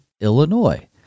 Illinois